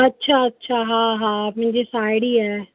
अछा अछा हा हा मुंहिंजी साहेड़ी आहे